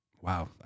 Wow